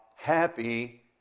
Happy